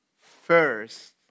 first